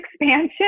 expansion